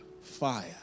fire